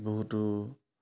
বহুতো